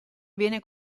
viene